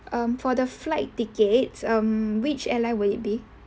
um for the flight tickets um which airline will it be